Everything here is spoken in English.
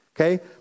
okay